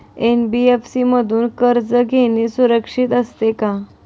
NBFC मधून कर्ज घेणे सुरक्षित असते का?